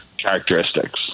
characteristics